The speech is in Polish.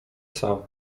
sam